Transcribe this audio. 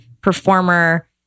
performer